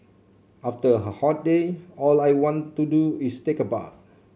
after a hot day all I want to do is take a bath